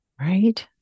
right